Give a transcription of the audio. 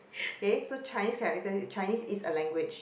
eh so Chinese characters Chinese is a language